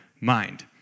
Mind